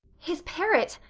his parrot.